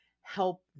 help